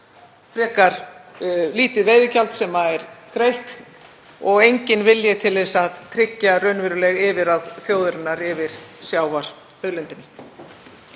frekar lítið veiðigjald sem er greitt og enginn vilji til þess að tryggja raunveruleg yfirráð þjóðarinnar yfir sjávarauðlindinni.